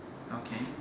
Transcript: okay